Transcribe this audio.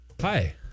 hi